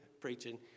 preaching